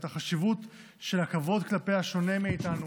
את החשיבות של הכבוד כלפי השונה מאיתנו,